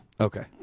Okay